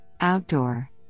outdoor